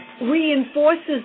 Reinforces